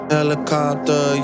Helicopter